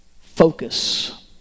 Focus